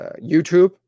YouTube